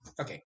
okay